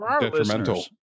detrimental